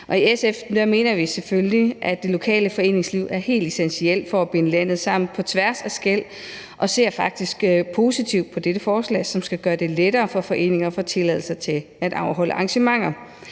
I SF mener vi selvfølgelig, at det lokale foreningsliv er helt essentielt for at binde landet sammen på tværs af skel, og vi ser faktisk positivt på dette forslag, som skal gøre det lettere for foreninger at få tilladelse til at afholde arrangementer.